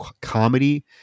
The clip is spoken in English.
comedy